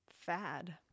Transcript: Fad